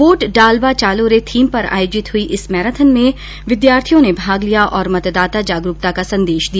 vote डालबा चालो रे थीम पर आयोजित हुई इस मैराथन में विद्यार्थियों ने भाग लिया और मतदाता जागरूकता का संदेश दिया